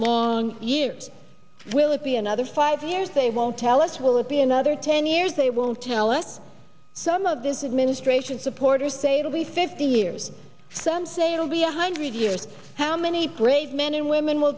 long years will it be another five years they won't tell us will it be another ten years they will tell what some of this administration supporters say will be fifty years some say it'll be a hundred years how many prays men and women will